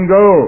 go